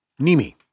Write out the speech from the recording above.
Nimi